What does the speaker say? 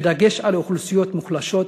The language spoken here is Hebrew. בדגש על אוכלוסיות מוחלשות,